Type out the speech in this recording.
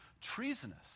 treasonous